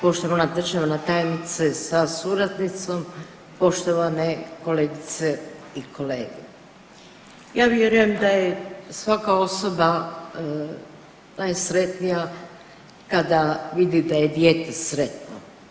Poštovana državna tajnice sa suradnicom, poštovane kolegice i kolege, ja vjerujem da je svaka osoba najsretnija kada vidi da je dijete sretno.